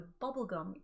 bubblegum